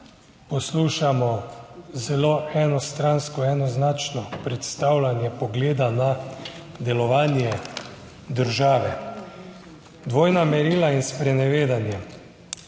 poslušamo zelo enostransko, enoznačno predstavljanje pogleda na delovanje države, dvojna merila in sprenevedanje.